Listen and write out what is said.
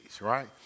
right